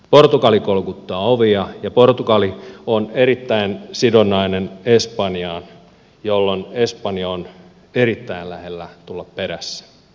portugali kolkuttaa ovia ja portugali on erittäin sidonnainen espanjan kanssa jolloin espanja on erittäin lähellä tulla perässä